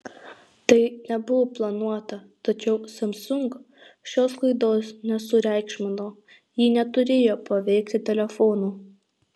tai nebuvo planuota tačiau samsung šios klaidos nesureikšmino ji neturėjo paveikti telefonų